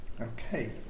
Okay